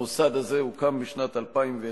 המוסד הזה הוקם בשנת 2001,